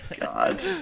God